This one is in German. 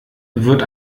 wird